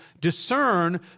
discern